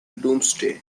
doomsday